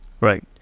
Right